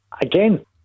again